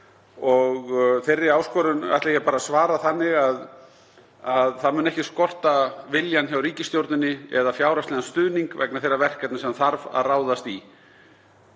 Þeirri áskorun ætla ég að svara þannig að það mun ekki skorta vilja hjá ríkisstjórninni eða fjárhagslegan stuðning vegna þeirra verkefni sem ráðast